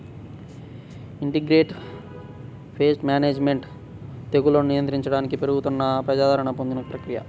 integrated pest management తెగుళ్లను నియంత్రించడానికి పెరుగుతున్న ప్రజాదరణ పొందిన ప్రక్రియ